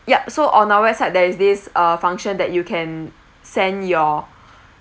yup so on our website there is this uh function that you can send your